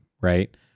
right